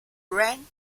brand